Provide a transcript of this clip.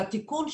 בתיקון,